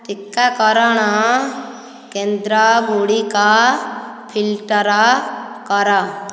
ଟିକାକରଣ କେନ୍ଦ୍ର ଗୁଡ଼ିକ ଫିଲ୍ଟର କର